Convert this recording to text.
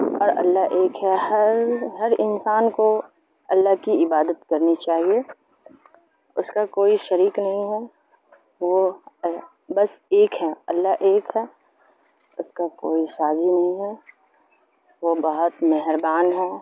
اور اللہ ایک ہے ہر ہر انسان کو اللہ کی عبادت کرنی چاہیے اس کا کوئی شریک نہیں ہے وہ بس ایک ہے اللہ ایک ہے اس کا کوئی ثانی نہیں ہے وہ بہت مہربان ہے